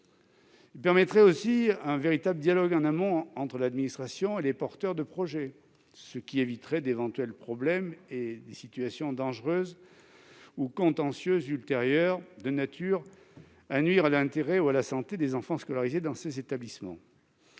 Il permettrait également un véritable dialogue en amont entre l'administration et les porteurs de projets, ce qui éviterait d'éventuels problèmes et des situations dangereuses ou des contentieux ultérieurs de nature à nuire à l'intérêt ou à la santé des enfants scolarisés dans ces établissements.